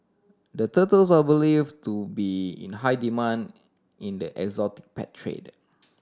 the turtles are believed to be in high demand in the exotic pet trade